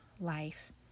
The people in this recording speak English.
life